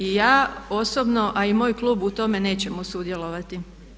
I ja osobno, a i moj klub u tome nećemo sudjelovati.